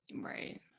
Right